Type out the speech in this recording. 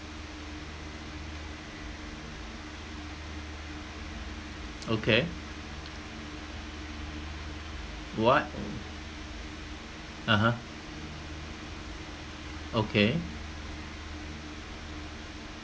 okay what (uh huh) okay